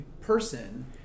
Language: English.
person